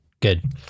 good